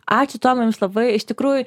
ačiū tomai jums labai iš tikrųjų